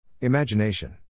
imagination